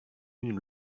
une